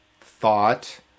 thought